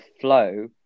flow